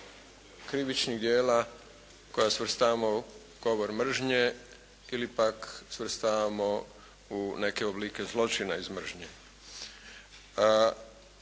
krivičnih djela koja svrstavamo u govor mržnje ili pak svrstavamo u neke oblike zločina iz mržnje.